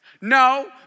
no